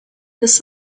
this